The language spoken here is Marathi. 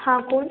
हा कोण